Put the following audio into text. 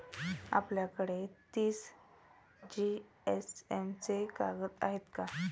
आपल्याकडे तीस जीएसएम चे कागद आहेत का?